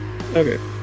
Okay